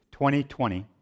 2020